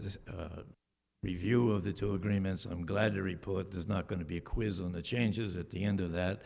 this review of the two agreements and i'm glad to report there's not going to be a quiz on the changes at the end of that